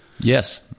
Yes